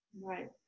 Right